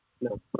No